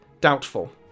doubtful